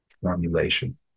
formulation